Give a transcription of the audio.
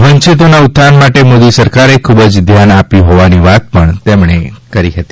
વંચિતોના ઉત્થાન માટે મોદી સરકારે ખૂબ ધ્યાન આપ્યું હોવાની વાત પણ તેમણે કરી હતી